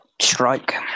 Strike